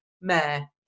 mayor